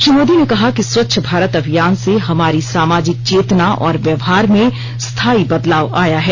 श्री मोदी ने कहा कि स्वच्छ भारत अभियान से हमारी सामाजिक चेतना और व्यवहार में स्थायी बदलाव आया है